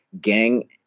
gang